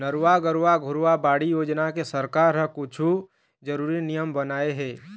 नरूवा, गरूवा, घुरूवा, बाड़ी योजना के सरकार ह कुछु जरुरी नियम बनाए हे